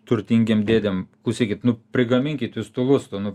turtingiem dėdėm klausykit nu prigaminkit jūs tų lustų nu